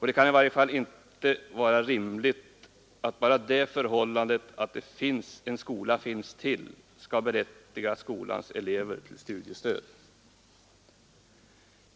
Det kan i varje fall inte vara rimligt att bara det förhållandet att en skola finns till skall berättiga skolans elever till studiestöd.